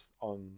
on